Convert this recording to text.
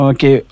Okay